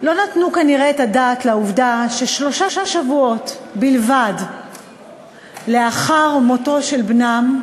לא נתנו כנראה את הדעת לעובדה ששלושה שבועות בלבד לאחר מותו של בנם,